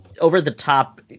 over-the-top